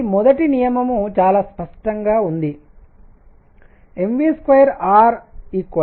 కాబట్టి మొదటి నియమం చాలా స్పష్టంగా ఉంది mv2r e240